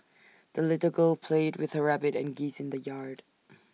the little girl played with her rabbit and geese in the yard